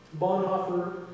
Bonhoeffer